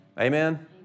Amen